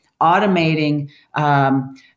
automating